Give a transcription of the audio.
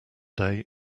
day